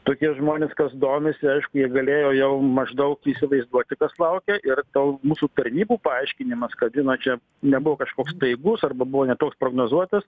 tokie žmonės kas domisi aišku jie galėjo jau maždaug įsivaizduoti kas laukia ir to mūsų tarnybų paaiškinimas kabina čia nebuvo kažkoks staigus arba buvo ne toks prognozuotas